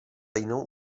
jinou